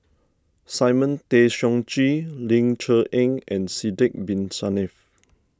Simon Tay Seong Chee Ling Cher Eng and Sidek Bin Saniff